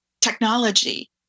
technology